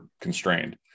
constrained